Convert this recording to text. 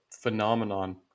phenomenon